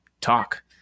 talk